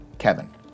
Kevin